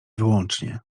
wyłącznie